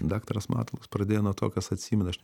daktaras matulas pradėjo nuo to kas atsimena aš